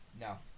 no